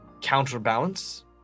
counterbalance